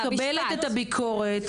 אני מקבלת את הביקורת,